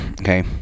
okay